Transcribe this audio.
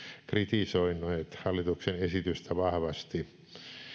kritisoineet hallituksen esitystä vahvasti